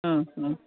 ആ ആ